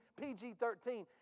PG-13